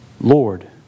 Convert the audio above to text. Lord